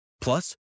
Plus